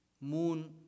Moon